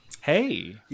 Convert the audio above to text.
Hey